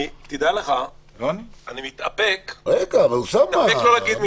יעקב, תדע לך, אני מתאפק לא להגיד משפט.